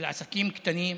של עסקים קטנים,